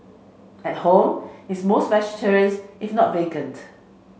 at home it's mostly vegetarians if not vegan